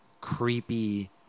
creepy